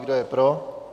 Kdo je pro?